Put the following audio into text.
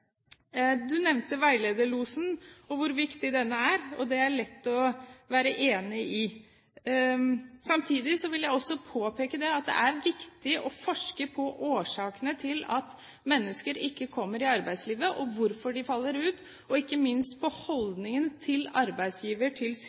nevnte veilederlosen og hvor viktig denne er, og det er det lett å være enig i. Samtidig vil jeg også påpeke at det er viktig å forske på årsakene til at mennesker ikke kommer ut i arbeidslivet, hvorfor de faller ut, og ikke minst på holdningene arbeidsgivere har til